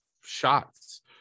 shots